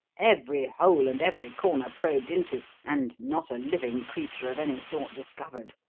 every hole and every corner probed into, and not a living creature of any sort discovered.